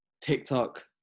TikTok